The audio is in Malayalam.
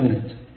പതിനഞ്ചു